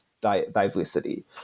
diversity